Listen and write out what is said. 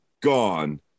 gone